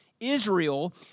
Israel